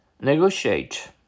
Negotiate